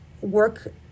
work